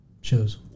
shows